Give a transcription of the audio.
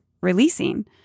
releasing